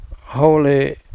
Holy